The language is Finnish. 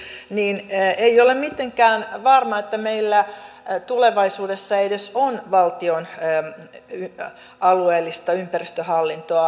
aivan niin kuin edustaja myller totesi ei ole mitenkään varmaa että meillä tulevaisuudessa edes on valtion alueellista ympäristöhallintoa